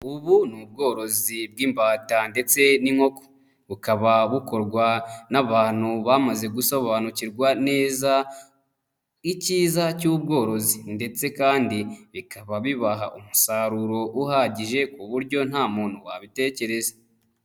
Ubu ni ubworozi bw'imbata ndetse n'inkoko. Bukaba bukorwa n'abantu bamaze gusobanukirwa neza icyiza cy'ubworozi ndetse kandi bikaba bibaha umusaruro uhagije ku buryo nta muntu wabitekereza.